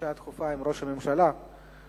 לפגישה דחופה עם ראש הממשלה וביקש